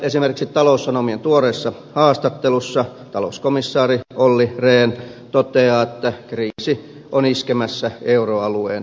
esimerkiksi taloussanomien tuoreessa haastattelussa talouskomissaari olli rehn toteaa että kriisi on iskemässä euroalueen ytimeen